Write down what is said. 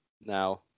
Now